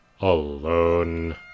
alone